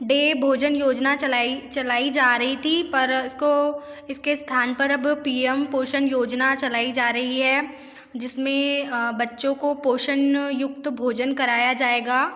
day भोजन योजना चलाई चलाई जा रही थी पर उसको इसके स्थान पर अब पी एम पोषण योजना चलाई जा रही है जिसमें बच्चों को पोषण युक्त भोजन कराया जाएगा